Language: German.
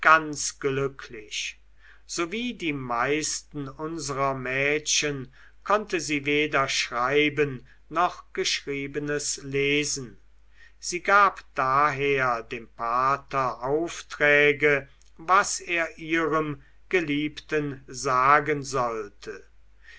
glücklich so wie die meisten unserer mädchen konnte sie weder schreiben noch geschriebenes lesen sie gab daher dem pater aufträge was er ihrem geliebten sagen sollte